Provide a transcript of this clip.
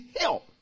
help